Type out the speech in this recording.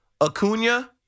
Acuna